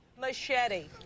Machete